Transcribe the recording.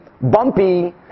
bumpy